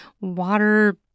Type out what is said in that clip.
water